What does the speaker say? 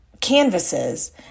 canvases